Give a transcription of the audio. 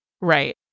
Right